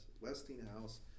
Westinghouse